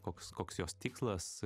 koks koks jos tikslas